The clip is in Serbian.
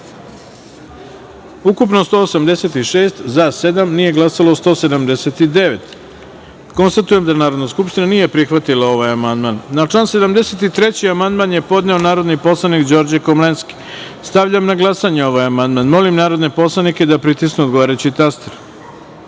ukupno – 186, za – sedam, nije glasalo – 179.Konstatujem da Narodna skupština nije prihvatila ovaj amandman. Na član 76. amandman je podneo narodni poslanik Đorđe Komlenski. Stavljam na glasanje ovaj amandman. Molim narodne poslanike da pritisnu odgovarajući